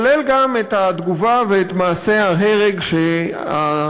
כולל גם את התגובה ואת מעשי ההרג שהצבא